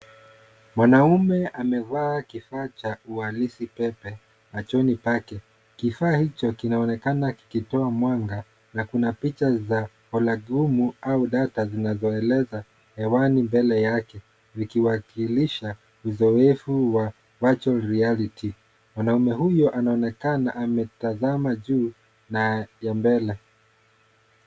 Mwanaume amevaa kifaa cha uhalisi pepe machoni pake. Kifaa hicho kinaonekana kikitoa mwanga na kuna picha za olagumu au data zinazoeleza hewani mbele yake vikiwakilisha uzoefu wa virtual reality . Mwanaume huyo anaonekana ametazama juu na ya mbele.